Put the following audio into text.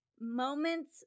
Moments